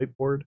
whiteboard